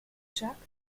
jacques